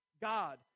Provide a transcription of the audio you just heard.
God